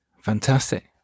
Fantastic